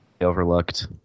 overlooked